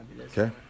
Okay